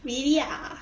really ah